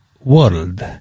world